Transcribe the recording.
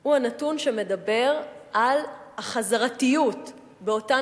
הוא הנתון שמדבר על החזרתיות באותן